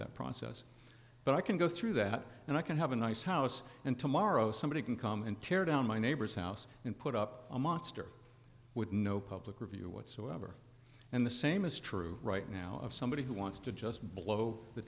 that process but i can go through that and i can have a nice house and tomorrow somebody can come and tear down my neighbor's house and put up a monster with no public review whatsoever and the same is true right now of somebody who wants to just blow the